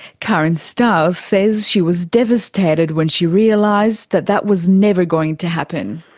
karen stiles says she was devastated when she realised that that was never going to happen.